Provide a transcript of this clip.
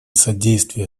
содействия